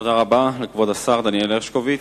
תודה רבה לכבוד השר דניאל הרשקוביץ.